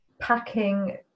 packing